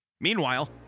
Meanwhile